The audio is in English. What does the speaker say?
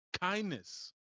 kindness